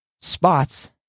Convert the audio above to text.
spots